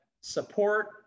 support